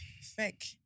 Fake